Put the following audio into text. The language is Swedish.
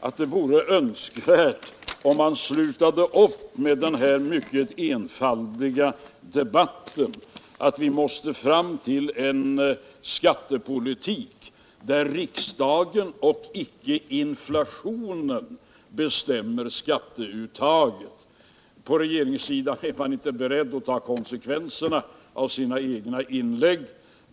att det vore önskvärt om man slutade upp med den mycket enfaldiga debatten att vi måste få en skattepolitik där riksdagen och icke inflationen bestämmer skatteuttaget. På regeringssidan är man inte beredd att ta konsekvenserna av sina egna inlägg.